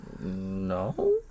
No